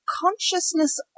consciousness